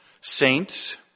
Saints